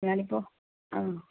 ഞാൻ ഇപ്പോൾ ആ